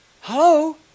Hello